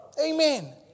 Amen